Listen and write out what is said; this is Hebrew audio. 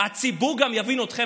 הציבור גם יבין אתכם,